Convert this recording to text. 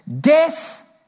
death